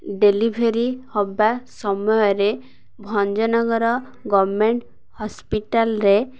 delivery ହେବା ସମୟରେ Bhanjanagar government ହସ୍ପିଟାଲରେ